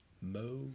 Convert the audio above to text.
mo